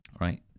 right